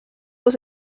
was